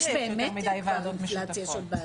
יש באמת יותר מידי ועדות משותפות.